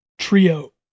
trio